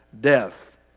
death